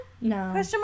No